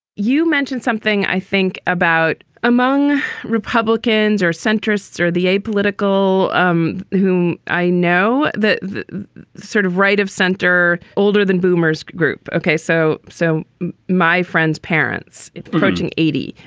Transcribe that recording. you mentioned something i think about among republicans or centrists or the apolitical um who i know, the the sort of right of center older than boomers group ok. so so my friends parents project eighty,